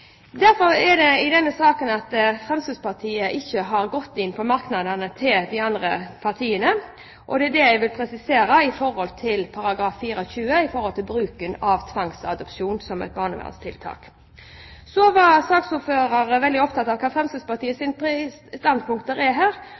Derfor har ikke Fremskrittspartiet i denne saken gått inn på merknadene til de andre partiene. Det er det jeg vil presisere i forhold til § 4-20 om bruken av tvangsadopsjon som et barnevernstiltak. Så var saksordføreren veldig opptatt av hva Fremskrittspartiets standpunkter er. Nå har jeg redegjort litt for våre primære standpunkter